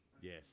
yes